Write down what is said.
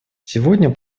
сегодня